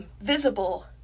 visible